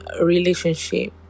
relationship